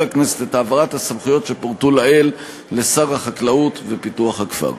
הכנסת את העברת הסמכויות שפורטו לעיל לשר החקלאות ופיתוח הכפר.